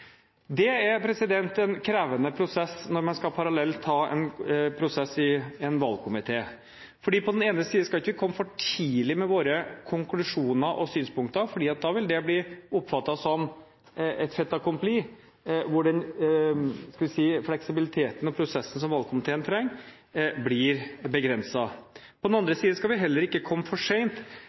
Det er en krevende prosess når man parallelt skal ha en prosess i en valgkomité. På den ene siden skal vi ikke komme for tidlig med våre konklusjoner og synspunkter, fordi det da vil bli oppfattet som et fait accompli, hvor den fleksibiliteten i prosessen som valgkomiteen trenger, blir begrenset. På den andre siden skal vi heller ikke komme for